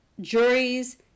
juries